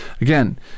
Again